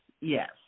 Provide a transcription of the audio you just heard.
yes